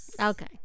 Okay